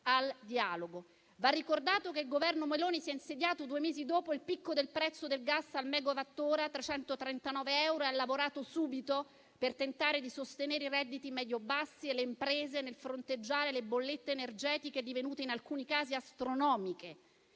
al dialogo. Va ricordato che il Governo Meloni si è insediato due mesi dopo il picco del prezzo del gas al megawattora, 339 euro, e ha lavorato subito per tentare di sostenere i redditi medio-bassi e le imprese nel fronteggiare le bollette energetiche, divenute in alcuni casi astronomiche,